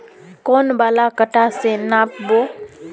कौन वाला कटा से नाप बो?